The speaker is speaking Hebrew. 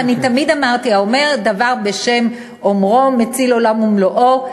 אני תמיד אמרתי: האומר דבר בשם אומרו מציל עולם ומלואו.